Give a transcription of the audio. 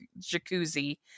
jacuzzi